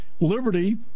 Liberty